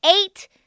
eight